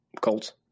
Colts